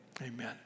amen